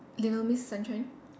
little miss sunshine